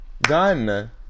Done